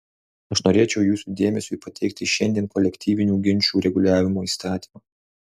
aš norėčiau jūsų dėmesiui pateikti šiandien kolektyvinių ginčų reguliavimo įstatymą